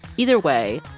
either way,